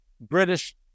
British